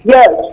Yes